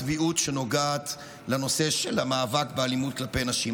הצביעות שנוגעת לנושא של המאבק באלימות כלפי נשים.